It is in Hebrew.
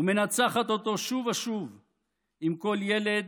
ומנצחת אותו שוב ושוב עם כל ילד,